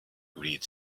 great